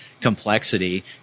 complexity